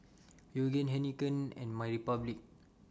Yoogane Heinekein and My Republic